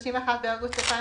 (31 באוגוסט 2020),